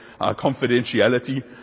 confidentiality